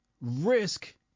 risk